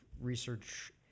research